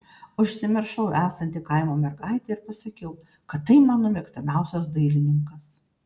užsimiršau esanti kaimo mergaitė ir pasakiau kad tai mano mėgstamiausias dailininkas